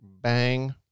Bang